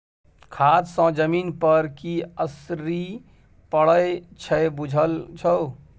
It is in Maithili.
खाद सँ जमीन पर की असरि पड़य छै बुझल छौ